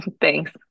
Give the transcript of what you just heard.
Thanks